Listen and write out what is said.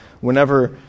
whenever